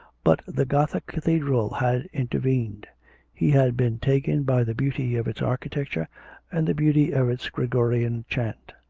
but the gothic cathedral had intervened he had been taken by the beauty of its architecture and the beauty of its gregorian chant.